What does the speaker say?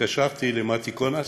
התקשרתי למתי קונס,